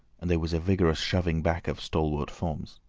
and there was a vigorous shoving back of stalwart forms.